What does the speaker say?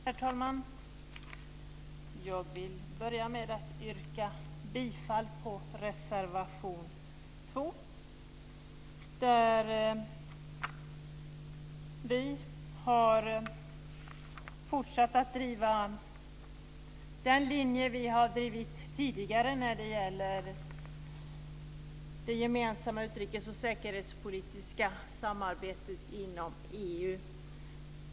Herr talman! Jag vill börja med att yrka bifall till reservation 2, där vi har fortsatt att driva den linje vi har drivit tidigare när det gäller det gemensamma utrikes och säkerhetspolitiska samarbetet inom EU.